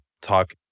talk